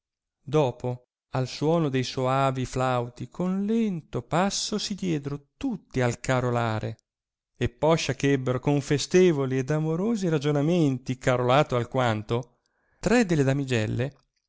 dopo al suono de soavi flauti con lento passo si diedero tutti al carolare e poscia eh ebbero con festevoli ed amorosi ragionamenti carolato alquanto tre delle damigelle